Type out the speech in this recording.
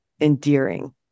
endearing